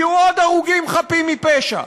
יהיו עוד הרוגים חפים מפשע,